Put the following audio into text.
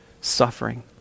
suffering